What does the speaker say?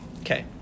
Okay